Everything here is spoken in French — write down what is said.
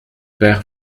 père